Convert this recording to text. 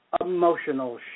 emotional